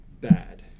bad